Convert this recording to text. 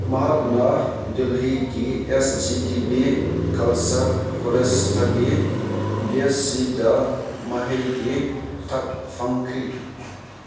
ꯃꯍꯥꯛꯅ ꯗꯦꯜꯍꯤꯒꯤ S G T B Khalsa ꯀꯣꯂꯦꯁꯇꯒꯤ ꯕꯤꯑꯦꯁꯁꯤꯗ ꯃꯍꯩꯒꯤ ꯊꯥꯛ ꯐꯪꯈꯤ